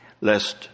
lest